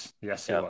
Yes